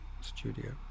studio